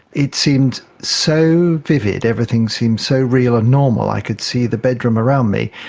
it seemed so vivid, everything seemed so real and normal, i could see the bedroom around me,